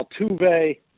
Altuve